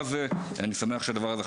אני שמח שהדבר הזה מתקדם.